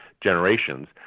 generations